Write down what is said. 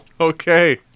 Okay